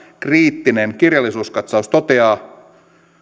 kriittinen kirjallisuuskatsaus toteaa